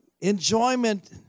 enjoyment